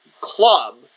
club